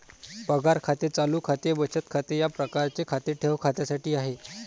पगार खाते चालू खाते बचत खाते या प्रकारचे खाते ठेव खात्यासाठी आहे